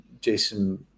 jason